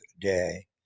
day